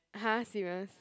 !huh! serious